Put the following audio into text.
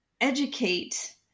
educate